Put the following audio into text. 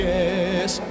Yes